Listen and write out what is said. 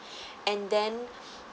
and then